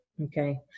Okay